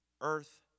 earth